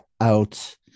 out